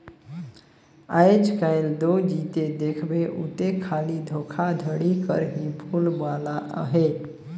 आएज काएल दो जिते देखबे उते खाली धोखाघड़ी कर ही बोलबाला अहे